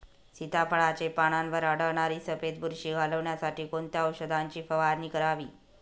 सीताफळाचे पानांवर आढळणारी सफेद बुरशी घालवण्यासाठी कोणत्या औषधांची फवारणी करावी?